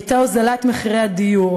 היה הוזלת מחירי הדיור.